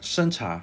生茶